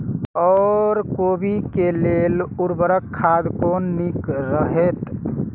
ओर कोबी के लेल उर्वरक खाद कोन नीक रहैत?